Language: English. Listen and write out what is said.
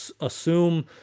assume